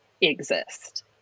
exist